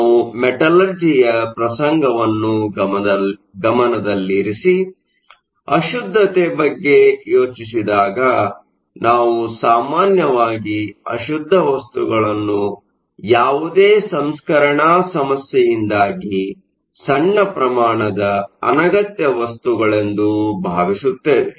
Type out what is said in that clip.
ನಾವು ಮೆಟಲರ್ಜಿಯ ಪ್ರಸಂಗವನ್ನು ಗಮನದಲ್ಲಿರಿಸಿ ಅಶುದ್ದತೆ ಬಗ್ಗೆ ಯೋಚಿಸಿದಾಗ ನಾವು ಸಾಮಾನ್ಯವಾಗಿ ಅಶುದ್ಧ ವಸ್ತುಗಳನ್ನು ಯಾವುದೇ ಸಂಸ್ಕರಣಾ ಸಮಸ್ಯೆಯಿಂದಾಗಿ ಸಣ್ಣ ಪ್ರಮಾಣದ ಅನಗತ್ಯ ವಸ್ತುಗಳೆಂದು ಭಾವಿಸುತ್ತೇವೆ